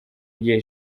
igihe